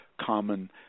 common